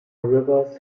river